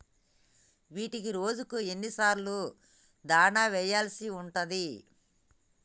వీటికి రోజుకు ఎన్ని సార్లు దాణా వెయ్యాల్సి ఉంటది?